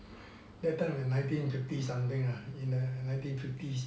that time in nineteen fifty something ah in the nineteen fifties